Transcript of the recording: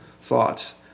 thoughts